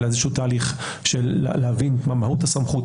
אלא איזשהו תהליך של להבין מה מהות הסמכות,